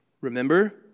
Remember